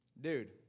dude